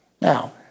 Now